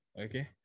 Okay